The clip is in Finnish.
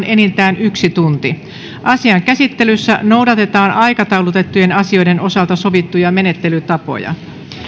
enintään yksi tunti asian käsittelyssä noudatetaan aikataulutettujen asioiden osalta sovittuja menettelytapoja